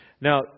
Now